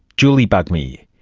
julie bugmy.